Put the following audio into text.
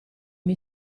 mie